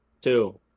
two